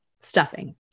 stuffing